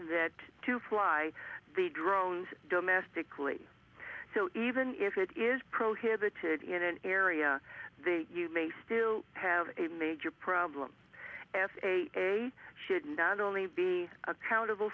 vet to fly the drones domestically so even if it is prohibited in an area they you may still have a major problem f a should not only be accountable